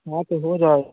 हाँ तो हो जाए